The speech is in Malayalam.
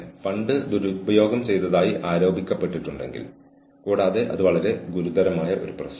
നിങ്ങൾക്ക് വളരെ നിർണായകമായ രഹസ്യാത്മക വിവരങ്ങൾ ഉണ്ടെങ്കിൽ തീർച്ചയായും അത് ആവശ്യമായി വന്നേക്കാം